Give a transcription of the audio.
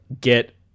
get